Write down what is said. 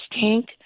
tank